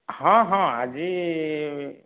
ହଁ ହଁ ଆଜି